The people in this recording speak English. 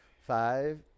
Five